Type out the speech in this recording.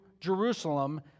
Jerusalem